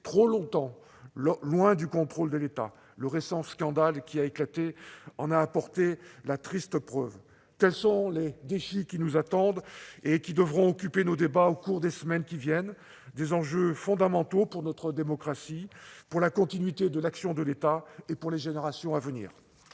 trop longtemps éloigné du contrôle de l'État. Le récent scandale qui a éclaté en est la triste preuve. Tels sont les défis qui nous attendent et qui devront occuper nos débats au cours des semaines qui viennent. Il s'agit d'enjeux fondamentaux pour notre démocratie, pour la continuité de l'action de l'État et pour les générations à venir.